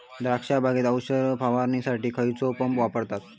द्राक्ष बागेत औषध फवारणीसाठी खैयचो पंप वापरतत?